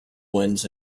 winds